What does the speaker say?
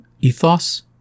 ethos